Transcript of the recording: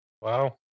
Wow